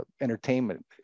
entertainment